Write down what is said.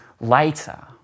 later